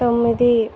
తొమ్మిది